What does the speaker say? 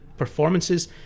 Performances